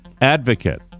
advocate